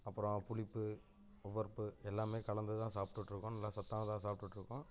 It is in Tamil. அப்புறம் புளிப்பு உவர்ப்பு எல்லாமே கலந்து தான் சாப்பிட்டுட்ருக்கோம் நல்லா சத்தானதாக சாப்பிட்டுட்ருக்கோம்